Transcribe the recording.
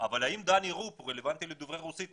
אבל האם דני רופ הוא רלוונטי לדוברי רוסית,